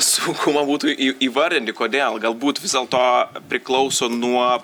sunku man būtų į įvardinti kodėl galbūt vis dėlto priklauso nuo